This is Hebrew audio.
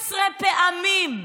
16 פעמים.